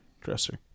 dresser